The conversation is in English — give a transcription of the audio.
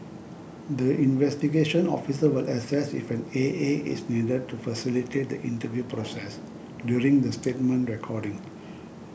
the investigation officer will assess if an A A is needed to facilitate the interview process during the statement recording